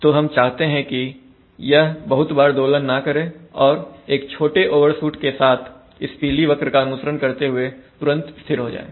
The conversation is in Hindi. तो हम चाहते है कि यह बहुत बार दोलन ना करें और एक छोटे ओवरशूट के साथ इस पीली वक्र का अनुसरण करते हुए तुरंत स्थिर हो जाए